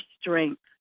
strength